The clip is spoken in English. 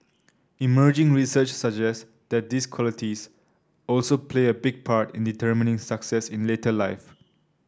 emerging research suggests that these qualities also play a big part in determining success in later life